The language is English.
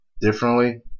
differently